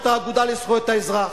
האגודה לזכויות האזרח,